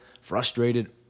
frustrated